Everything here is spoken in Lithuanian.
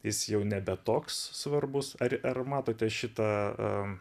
jis jau nebe toks svarbus ar ar matote šitą